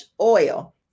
oil